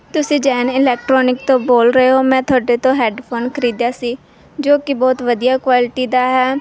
ਤੁਸੀਂ ਜੈਨ ਇਲੈਕਟਰੋਨਿਕ ਤੋਂ ਬੋਲ ਰਹੇ ਹੋ ਮੈਂ ਤੁਹਾਡੇ ਤੋਂ ਹੈੱਡਫੋਨ ਖਰੀਦਿਆ ਸੀ ਜੋ ਕਿ ਬਹੁਤ ਵਧੀਆ ਕੁਆਲਿਟੀ ਦਾ ਹੈ